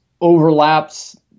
overlaps